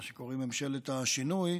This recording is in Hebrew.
מה שקוראים ממשלת השינוי,